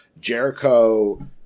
Jericho